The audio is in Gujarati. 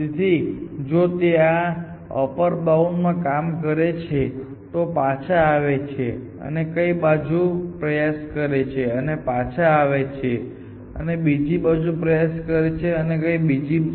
તેથી જો તે આ અપર બાઉન્ડ માં કામ કરે છે તો પાછા આવે છે અને કંઈક બીજું પ્રયાસ કરે છે અને પાછા આવે છે અને કંઈક બીજું પ્રયાસ કરે છે અને કંઈક બીજું પ્રયાસ કરે છે